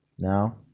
Now